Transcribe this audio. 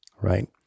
right